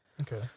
Okay